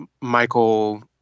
Michael